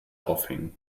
aufhängen